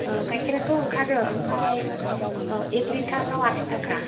ओ गाइखेराथ' ओंखारो ओमफ्राय ओ एक लिटाराव आसि थाखा